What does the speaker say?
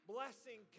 Blessing